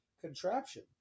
contraption